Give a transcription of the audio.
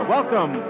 Welcome